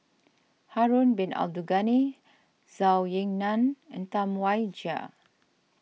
Harun Bin Abdul Ghani Zhou Ying Nan and Tam Wai Jia